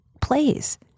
plays